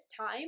time